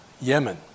Yemen